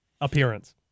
appearance